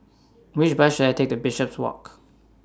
Which Bus should I Take to Bishopswalk